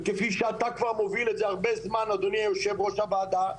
וכפי שאתה כבר מוביל את זה הרבה זמן אדוני יושב ראש הוועדה,